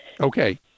Okay